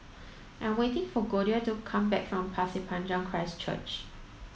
I am waiting for Goldia to come back from Pasir Panjang Christ Church